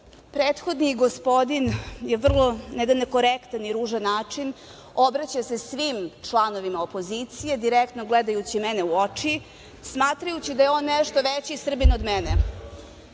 izraza. Prethodni gospodin je vrlo na jedan nekorektan i ružan način, obraćao se svim članovima opozicije, direktno gledajući mene u oči, smatrajući da je on nešto veći Srbin od